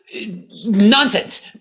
nonsense